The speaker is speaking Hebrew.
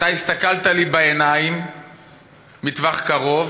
אתה הסתכלת לי בעיניים מטווח קרוב,